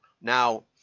now